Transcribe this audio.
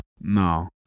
No